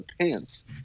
pants